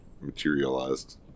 materialized